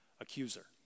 accuser